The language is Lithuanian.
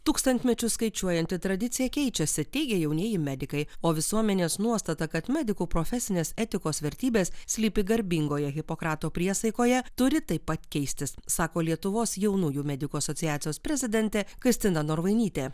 tūkstantmečius skaičiuojanti tradicija keičiasi teigia jaunieji medikai o visuomenės nuostata kad medikų profesinės etikos vertybės slypi garbingoje hipokrato priesaikoje turi taip pat keistis sako lietuvos jaunųjų medikų asociacijos prezidentė kristina norvainytė